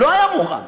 לא היה מוכן.